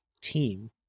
team